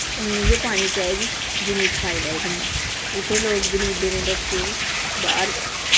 उन्नी गै पानी चाही दी जिन्नी खाई लैए बंदा इत्थें लोग गरीबें दे बच्चे बाह्र